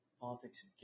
Politics